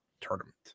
tournament